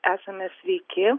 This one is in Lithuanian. esame sveiki